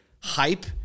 hype